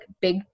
big